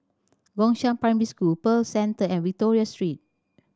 Gongshang Primary School Pearl Centre and Victoria Street